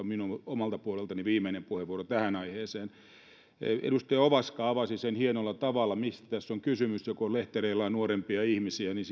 minun omalta puoleltani viimeinen puheenvuoro tähän aiheeseen edustaja ovaska avasi hienolla tavalla mistä tässä on kysymys kun lehtereillä on nuorempia ihmisiä niin